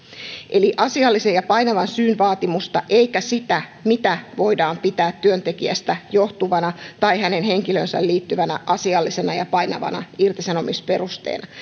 eli asiallisen ja painavan syyn vaatimusta eikä sitä mitä voidaan pitää työntekijästä johtuvana tai hänen henkilöönsä liittyvänä asiallisena ja painavana irtisanomisperusteena